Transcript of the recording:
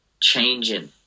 changing